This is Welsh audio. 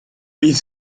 bydd